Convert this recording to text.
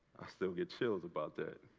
still get chills about that.